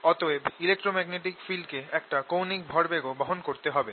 অতএব electromagnetic field কে একটা কৌণিক ভরবেগ ও বহন করতে হবে